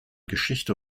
geschichte